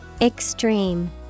Extreme